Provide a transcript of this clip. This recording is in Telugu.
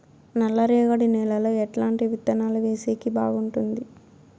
నల్లరేగడి నేలలో ఎట్లాంటి విత్తనాలు వేసేకి బాగుంటుంది?